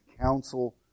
counsel